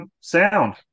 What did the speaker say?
sound